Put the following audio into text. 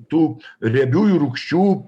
tų riebiųjų rūgščių